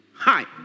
Hi